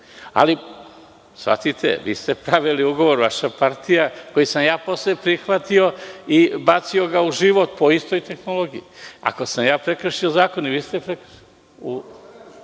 Ali, shvatite, vi ste pravili ugovor, vaša partija, koji sam ja posle prihvatio i bacio ga u život po istoj tehnologiji. Ako sam ja prekršio zakon, i vi ste prekršili.